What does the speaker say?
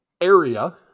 area